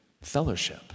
fellowship